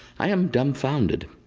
i am dumbfounded.